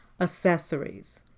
Accessories